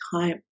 time